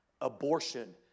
abortion